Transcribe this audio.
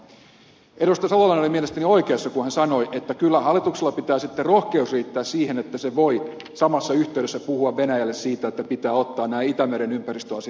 salolainen oli mielestäni oikeassa kun hän sanoi että kyllä hallituksella pitää sitten rohkeus riittää siihen että se voi samassa yhteydessä puhua venäjälle siitä että pitää ottaa nämä itämeren ympäristöasiat tosissaan